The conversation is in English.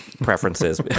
preferences